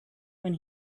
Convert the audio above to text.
when